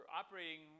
operating